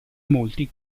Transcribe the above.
molti